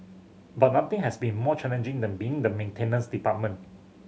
but nothing has been more challenging than being in the maintenance department